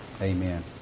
Amen